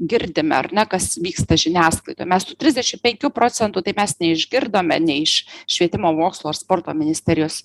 girdime ar ne kas vyksta žiniasklaidoj mes tų trisdešim penkių procentų tai mes neišgirdome nei iš švietimo mokslo ir sporto ministerijos